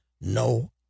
no